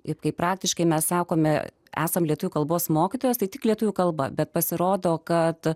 ir kaip praktiškai mes sakome esam lietuvių kalbos mokytojas tai tik lietuvių kalba bet pasirodo kad